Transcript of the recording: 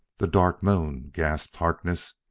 the dark moon! gasped harkness.